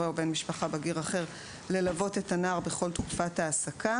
מועדי ההעסקה ___________________ תקופת ההעסקה